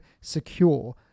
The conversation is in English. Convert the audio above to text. secure